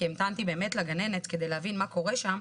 כי המתנתי לגננת כדי להבין מה קורה שם,